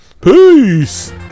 peace